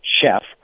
chef